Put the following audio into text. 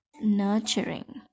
nurturing